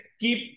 keep